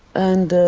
and